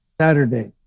saturday